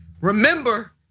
Remember